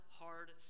hard